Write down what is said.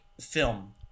film